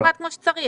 ח"כ מלינובסקי,